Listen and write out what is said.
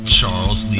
Charles